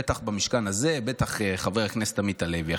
בטח במשכן הזה, בטח חבר הכנסת עמית הלוי.